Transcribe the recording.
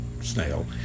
snail